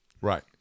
right